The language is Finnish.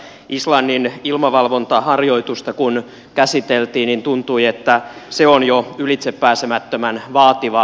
kun islannin ilmavalvontaharjoitusta käsiteltiin niin tuntui että se on jo ylitsepääsemättömän vaativaa